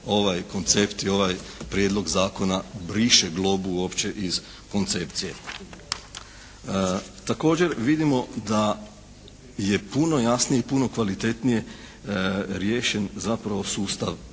ovaj koncept i ovaj Prijedlog zakona briše globu uopće iz koncepcije. Također vidimo da je puno jasnije i puno kvalitetnije riješen zapravo sustav